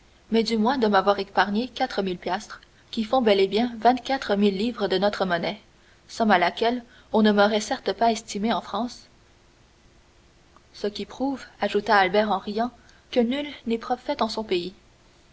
mais du moins de m'avoir épargné quatre mille piastres qui font bel et bien vingt-quatre mille livres de notre monnaie somme à laquelle on ne m'aurait certes pas estimé en france ce qui prouve ajouta albert en riant que nul n'est prophète en son pays